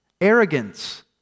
arrogance